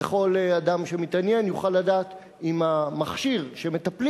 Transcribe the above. וכל אדם שמתעניין יוכל לדעת אם המכשיר שאתו מטפלים